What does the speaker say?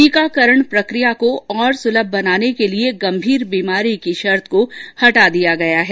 टीकाकरण प्रक्रिया को और सुलभ बनाने के लिए गंभीर बीमारी की शर्त को हटा दिया गया है